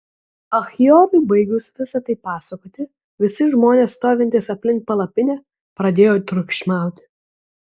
achiorui baigus visa tai pasakoti visi žmonės stovintys aplink palapinę pradėjo triukšmauti